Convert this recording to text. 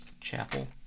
chapel